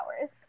hours